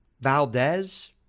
Valdez